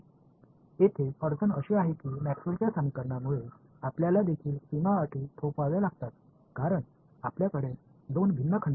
இங்குள்ள சிக்கல் என்னவென்றால் மேக்ஸ்வெல்லின்Maxwell's சமன்பாடுகள் உங்களிடம் பௌண்டரி கண்டிஷன்ஸ் களை விதிக்க வேண்டும் ஏனென்றால் உங்களிடம் இரண்டு வெவ்வேறு கொள்ளளவுகள் உள்ளன